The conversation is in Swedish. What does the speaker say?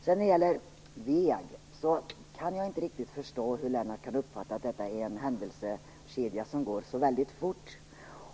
När det gäller WEAG kan jag inte förstå hur Lennart Rohdin kan uppfatta att detta är en händelsekedja som går så fort.